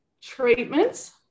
treatments